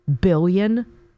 billion